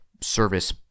service